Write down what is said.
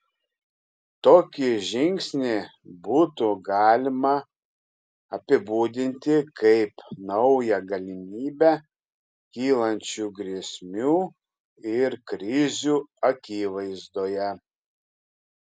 tokį žingsnį būtų galima apibūdinti kaip naują galimybę kylančių grėsmių ir krizių akivaizdoje